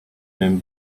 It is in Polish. tym